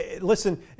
listen